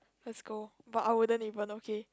let's go but I wouldn't even okay